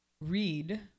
read